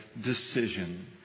decision